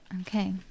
Okay